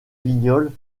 vignoles